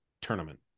tournament